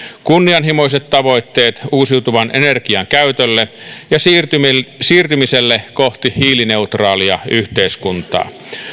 kunnianhimoiset tavoitteet uusiutuvan energian käytölle ja siirtymiselle kohti hiilineutraalia yhteiskuntaa